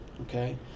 okay